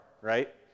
right